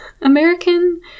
American